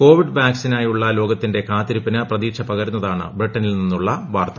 Covid വാക്സിനായുള്ള ലോകത്തിന്റെ കാത്തിരിപ്പിന് പ്രതീക്ഷ പകരുന്നതാണ് ബ്രിട്ടനിൽ നിന്നുള്ള വാർത്ത